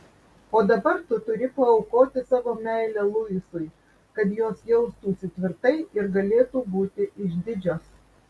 o dabar tu turi paaukoti savo meilę luisui kad jos jaustųsi tvirtai ir galėtų būti išdidžios